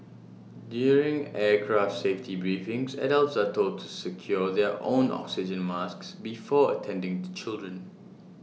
during aircraft safety briefings adults are told to secure their own oxygen masks before attending to children